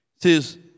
says